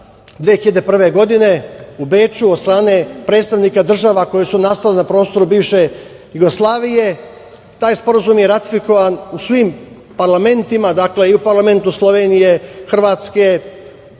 2001. godine u Beču od strane predstavnika država koje su nastale na prostoru bivše Jugoslavije. Taj Sporazum je ratifikovan u svim parlamentima, dakle i u parlamentu Slovenije, Hrvatske, BiH,